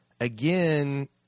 again